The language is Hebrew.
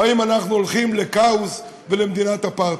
או האם אנחנו הולכים לכאוס ולמדינת אפרטהייד?